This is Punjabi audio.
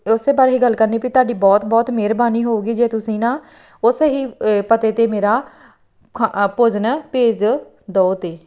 ਉਸੇ ਬਾਰੇ ਹੀ ਗੱਲ ਕਰਨੀ ਵੀ ਤੁਹਾਡੀ ਬਹੁਤ ਬਹੁਤ ਮਿਹਰਬਾਨੀ ਹੋਊਗੀ ਜੇ ਤੁਸੀਂ ਨਾ ਉਸੇ ਹੀ ਪਤੇ 'ਤੇ ਮੇਰਾ ਖਾ ਭੋਜਨ ਭੇਜ ਦਓ ਤਾਂ